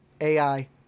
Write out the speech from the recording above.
AI